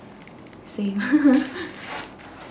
same